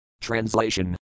Translation